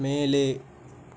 மேலே